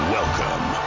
Welcome